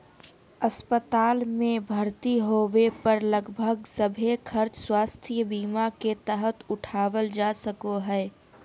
अस्पताल मे भर्ती होबे पर लगभग सभे खर्च स्वास्थ्य बीमा के तहत उठावल जा सको हय